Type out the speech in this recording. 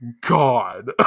god